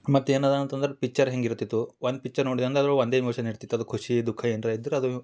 ಮತ್ತೆ ಏನು ಅದಾ ಅಂತಂದ್ರ ಪಿಚ್ಚರ್ ಹಿಂಗ ಇರ್ತಿತ್ತು ಒಂದು ಪಿಚ್ಚರ್ ನೋಡಿದಂಗ ಅದ್ರ ಒಳಗ ಒಂದೇ ಎಮೋಷನ್ ಇರ್ತಿತ್ತು ಅದು ಖುಷಿ ದುಃಖ ಏನ್ರಾ ಇದ್ರ ಅದು